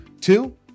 Two